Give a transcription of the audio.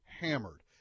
hammered